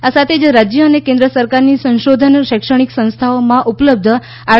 આ સાથે જ રાજ્ય અને કેન્દ્ર સરકારની સંશોધન અને શૈક્ષણિક સંસ્થાઓમાં ઉપલબ્ધ આર